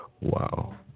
Wow